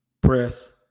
press